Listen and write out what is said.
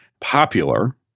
popular